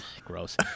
Gross